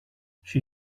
she